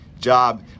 Job